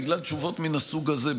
בגלל תשובות מהסוג הזה,